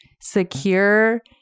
secure